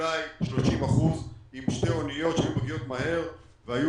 אולי 30% עם שתי אוניות שמגיעות מהר והיו